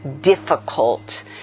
difficult